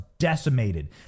decimated